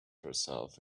herself